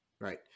right